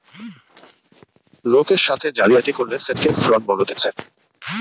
লোকের সাথে জালিয়াতি করলে সেটকে ফ্রড বলতিছে